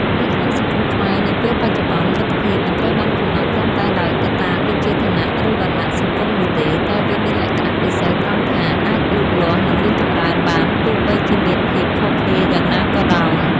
នៅក្នុងសង្គមខ្មែរនាពេលបច្ចុប្បន្ន មិត្តភាពមិនត្រូវបានកំណត់ត្រឹមតែដោយកត្តាដូចជាឋានៈ ឬវណ្ណៈសង្គមនោះទេ តែវាមានលក្ខណៈពិសេសត្រង់ថាអាចលូតលាស់និងរីកចម្រើនបានទោះបីជាមានភាពខុសគ្នាយ៉ាងណាក៏ដោយ។